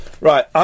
Right